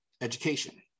education